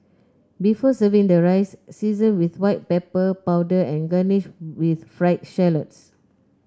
before serving the rice season with white pepper powder and garnish with fried shallots